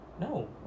no